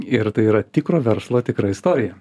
ir tai yra tikro verslo tikra istorija